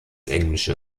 englische